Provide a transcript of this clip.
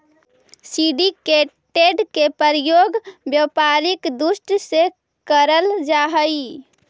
syndicated के प्रयोग व्यापारिक दृष्टि से करल जा हई